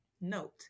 Note